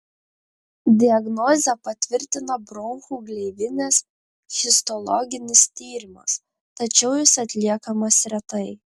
diagnozę patvirtina bronchų gleivinės histologinis tyrimas tačiau jis atliekamas retai